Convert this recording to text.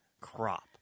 crop